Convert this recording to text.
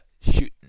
shooting